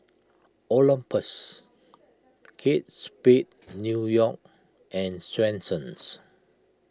Olympus Kate Spade New York and Swensens